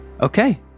Okay